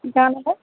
জানো পায়